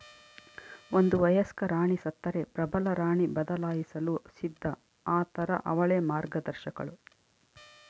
ಒಂದು ವಯಸ್ಕ ರಾಣಿ ಸತ್ತರೆ ಪ್ರಬಲರಾಣಿ ಬದಲಾಯಿಸಲು ಸಿದ್ಧ ಆತಾರ ಅವಳೇ ಮಾರ್ಗದರ್ಶಕಳು